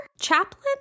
Chaplain